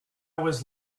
was